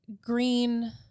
green